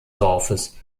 dorfes